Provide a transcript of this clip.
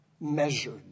measured